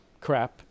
crap